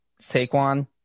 Saquon